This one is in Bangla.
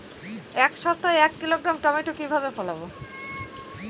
এক সপ্তাহে এক কিলোগ্রাম টমেটো কিভাবে ফলাবো?